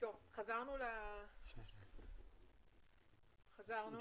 לעניין פניה מסוימת,